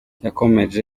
yakomeje